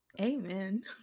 Amen